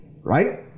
Right